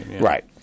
Right